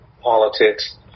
politics